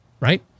right